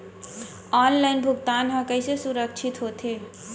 Online भुगतान हा कइसे सुरक्षित होथे?